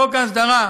חוק ההסדרה,